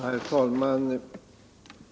Herr talman!